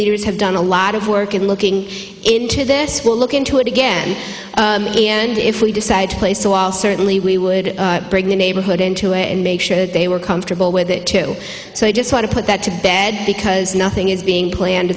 leaders have done a lot of work in looking into this will look into it again and if we decide to place a wall certainly we would bring the neighborhood into it and make sure that they were comfortable with it too so i just want to put that to bed because nothing is being planned